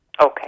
Okay